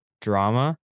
drama